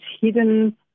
hidden